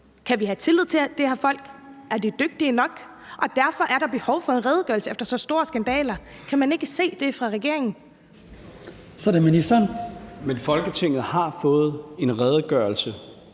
Kan vi have tillid til de her folk? Er de dygtige nok? Derfor er der behov for en redegørelse efter så store skandaler. Kan man ikke se det fra regeringens side? Kl. 17:56 Den fg. formand (Hans